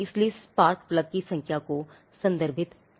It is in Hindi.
इसलिए स्पार्क प्लग की संख्या को संदर्भित करना होगा